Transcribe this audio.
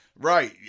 Right